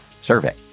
survey